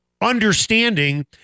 understanding